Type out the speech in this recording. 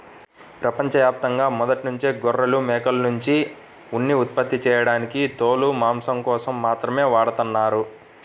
ప్రపంచ యాప్తంగా మొదట్నుంచే గొర్రెలు, మేకల్నుంచి ఉన్ని ఉత్పత్తి చేయడానికి తోలు, మాంసం కోసం మాత్రమే వాడతన్నారు